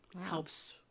helps